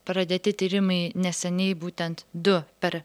pradėti tyrimai neseniai būtent du per